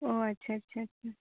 ᱚᱸᱻ ᱟᱪᱪᱷᱟ ᱟᱪᱪᱷᱟ ᱟᱪᱪᱷᱟ